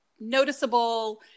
noticeable